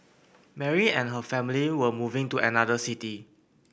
Mary and her family were moving to another city